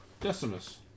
Decimus